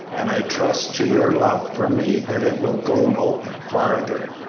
and i trust to your love for me that it will go no farther.